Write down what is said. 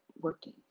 working